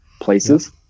places